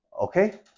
Okay